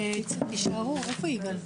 הישיבה ננעלה